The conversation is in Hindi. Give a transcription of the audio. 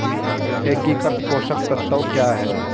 एकीकृत पोषक तत्व क्या है?